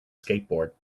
skateboard